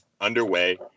underway